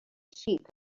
sheep